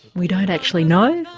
we don't actually know,